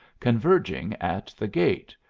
converging at the gate,